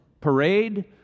parade